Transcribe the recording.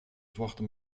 zwarte